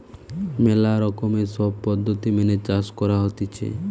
ম্যালা রকমের সব পদ্ধতি মেনে চাষ করা হতিছে